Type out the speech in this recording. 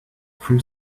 from